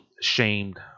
shamed